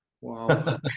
Wow